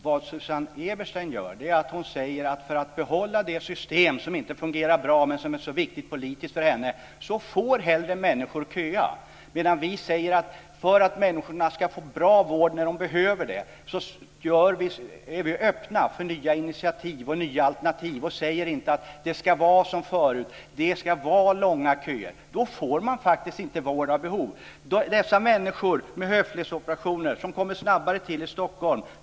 Vad Susanne Eberstein gör är att hon säger att för att behålla det system som inte fungerar bra, men som är så viktigt politiskt för henne, får människor hellre köa. Men vi säger att för att människor ska få bra vård när de behöver det är vi öppna för nya initiativ och nya alternativ. Vi säger inte att det ska vara som förut med långa köer. Då får man inte vård efter behov. Människor som köar för höftledsoperationer får snabbare behandling i Stockholm.